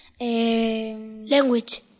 Language